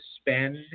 spend